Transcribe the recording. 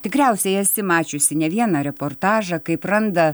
tikriausiai esi mačiusi ne vieną reportažą kaip randa